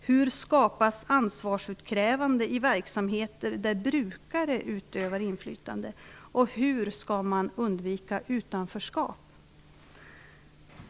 Hur skapas ansvarsutkrävande i verksamheter där brukare utövar inflytande? Hur skall man undvika utanförskap?